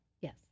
Yes